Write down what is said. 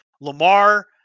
Lamar